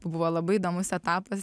buvo labai įdomus etapas